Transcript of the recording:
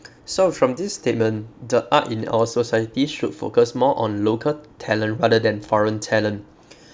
so from this statement the art in our society should focus more on local talent rather than foreign talent